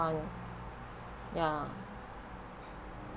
one ya